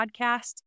podcast